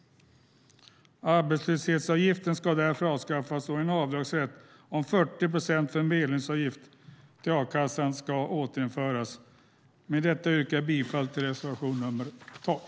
Arbetslöshetsavgiften ska därför avskaffas och en avdragsrätt om 40 procent för medlemsavgift till a-kassan ska återinföras. Med detta yrkar jag bifall till reservation 12.